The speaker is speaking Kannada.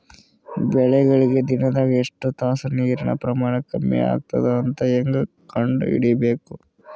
ಬೆಳಿಗಳಿಗೆ ದಿನದಾಗ ಎಷ್ಟು ತಾಸ ನೀರಿನ ಪ್ರಮಾಣ ಕಮ್ಮಿ ಆಗತದ ಅಂತ ಹೇಂಗ ಕಂಡ ಹಿಡಿಯಬೇಕು?